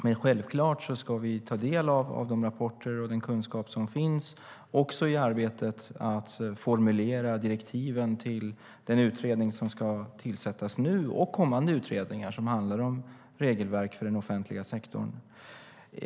Men självklart ska vi ta del av de rapporter och den kunskap som finns, också i arbetet med att formulera direktiven till den utredning som nu ska tillsättas och kommande utredningar som handlar om regelverk för den offentliga sektorn.